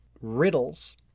riddles